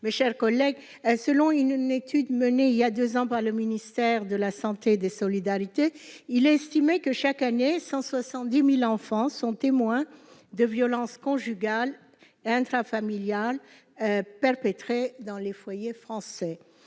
mes chers collègues, selon une étude menée il y a 2 ans par le ministère de la Santé et des solidarités, il estimait que chaque année. 170000 enfants sont témoins de violences conjugales intrafamiliales perpétrées dans les foyers français